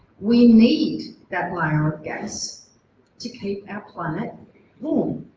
we need that layer of gas to keep our planet warm,